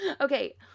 Okay